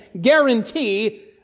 guarantee